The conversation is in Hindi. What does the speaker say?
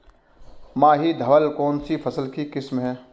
माही धवल कौनसी फसल की किस्म है?